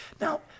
Now